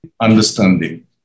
understanding